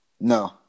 No